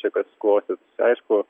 čia kas klostytųsi aišku